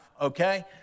okay